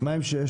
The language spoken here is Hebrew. מה עם (6)?